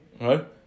Right